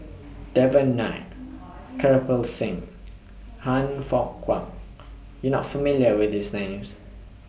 Devan Nair Kirpal Singh Han Fook Kwang YOU Are not familiar with These Names